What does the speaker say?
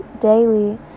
daily